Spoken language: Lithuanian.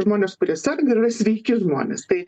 žmonės kurie serga ir yra sveiki žmonės tai